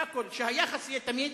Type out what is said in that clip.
שהיחס יהיה תמיד.